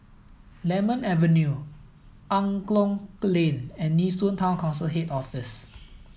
Lemon Avenue Angklong Lane and Nee Soon Town Council Head Office